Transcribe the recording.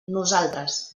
nosaltres